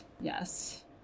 Yes